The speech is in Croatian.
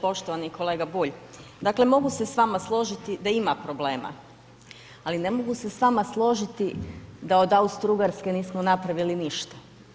Poštovani kolega Bulj, dakle mogu se s vama složiti da ima problema, ali ne mogu se s vama složiti da od Austrougarske nismo napravili ništa.